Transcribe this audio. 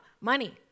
money